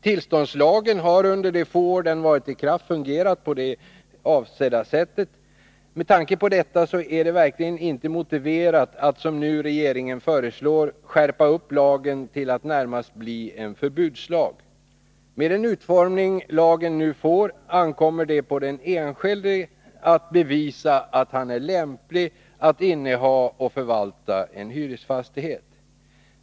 Tillståndslagen har under de få år den varit i kraft fungerat på avsett sätt. Med tanke på detta är det verkligen inte motiverat att, som nu regeringen föreslår, skärpa lagen till att närmast bli en förbudslag. Med den utformning lagen nu får ankommer det på den enskilde att bevisa att han är lämplig att inneha och förvalta en hyresfastighet.